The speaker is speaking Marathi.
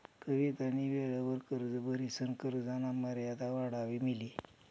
कवितानी वेळवर कर्ज भरिसन कर्जना मर्यादा वाढाई लिनी